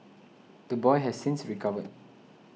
the boy has since recovered